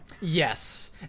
Yes